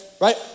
Right